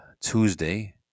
Tuesday